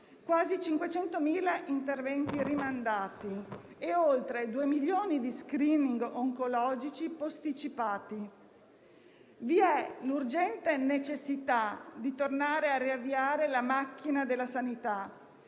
quasi 500.000 interventi sono stati rimandati, mentre oltre 2 milioni di *screening* oncologici sono stati posticipati. Vi è l'urgente necessità di tornare a riavviare la macchina della sanità